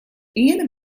iene